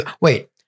wait